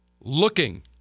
looking